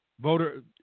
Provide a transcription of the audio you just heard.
voter